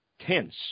tense